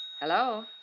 Hello